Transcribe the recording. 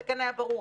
זה כן היה ברור.